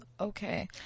Okay